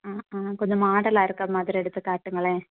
ஆ ஆ கொஞ்சம் மாடலாக இருக்கற மாதிரி எடுத்துக் காட்டுங்களேன்